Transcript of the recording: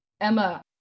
Emma